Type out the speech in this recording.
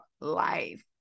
life